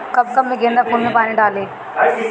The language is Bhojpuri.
कब कब गेंदा फुल में पानी डाली?